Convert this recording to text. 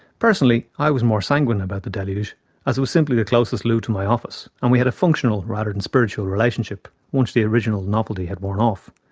personally, i was more sanguine about the deluge as it was simply the closest loo to my office and we had a functional, rather than spiritual, relationship once the original novelty had worn off,